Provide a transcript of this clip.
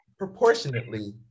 Proportionately